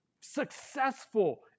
successful